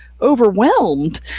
overwhelmed